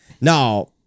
Now